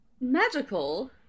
magical